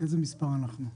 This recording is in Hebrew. איזה מספר אנחנו?